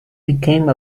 became